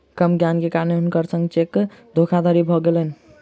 कम ज्ञान के कारण हुनकर संग चेक धोखादड़ी भ गेलैन